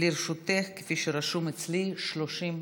לרשותך, כפי שרשום אצלי, 30 דקות,